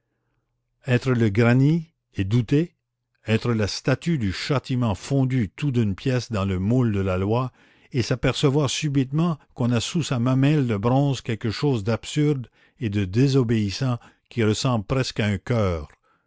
être le granit et douter être la statue du châtiment fondue tout d'une pièce dans le moule de la loi et s'apercevoir subitement qu'on a sous sa mamelle de bronze quelque chose d'absurde et de désobéissant qui ressemble presque à un coeur